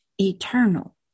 eternal